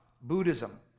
Buddhism